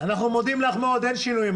אנחנו מודים לך מאוד, אין שינויים.